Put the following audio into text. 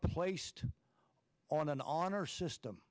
placed on an honor system